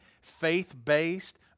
faith-based